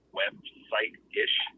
website-ish